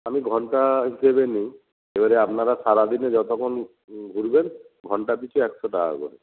আমি ঘণ্টা হিসেবে নিই এবারে আপনারা সারা দিনে যতক্ষণ ঘুরবেন ঘণ্টা পিছু একশো টাকা করে